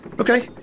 Okay